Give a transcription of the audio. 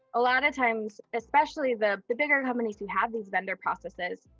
a lot of times, especially the the bigger companies who have these vendor processes,